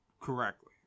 correctly